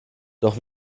doch